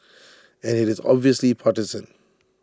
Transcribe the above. and IT is obviously partisan